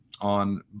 on